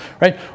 Right